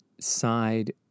side